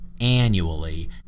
Annually